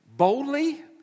Boldly